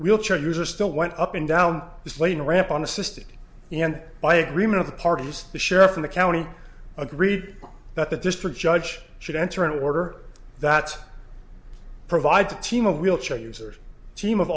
wheelchair user still went up and down the plane ramp on the system and by agreement of the parties the sheriff in the county agreed that the district judge should enter an order that provides a team of wheelchair users team of